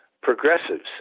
progressives